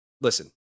listen